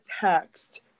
text